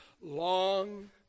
long